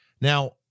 Now